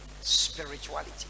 spirituality